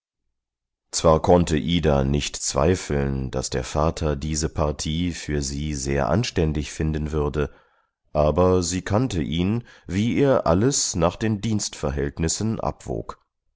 zwar konnte ida nicht zweifeln daß der vater diese partie für sie sehr anständig finden würde aber sie kannte ihn wie er alles nach den dienstverhältnissen abwog